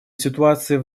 ситуацией